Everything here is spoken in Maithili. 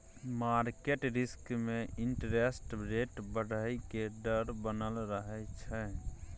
मार्केट रिस्क में इंटरेस्ट रेट बढ़इ के डर बनल रहइ छइ